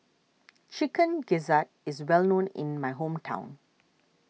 Chicken Gizzard is well known in my hometown